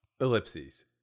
Ellipses